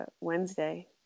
Wednesday